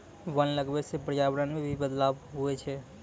वन लगबै से पर्यावरण मे भी बदलाव हुवै छै